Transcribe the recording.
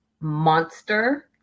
Monster